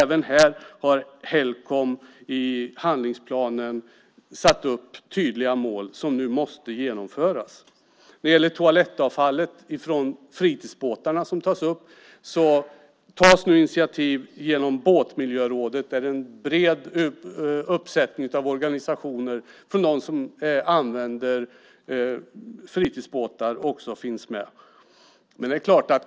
Även här har Helcom i handlingsplanen satt upp tydliga mål som nu måste genomföras. Vad gäller toalettavfallet från fritidsbåtarna tas nu initiativ genom Båtmiljörådet där en bred uppsättning av organisationer som företräder dem som använder fritidsbåtar också finns med.